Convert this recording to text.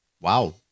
Wow